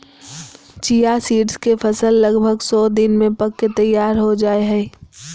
chia seeds के फसल लगभग सो दिन में पक के तैयार हो जाय हइ